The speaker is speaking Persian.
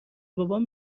بابام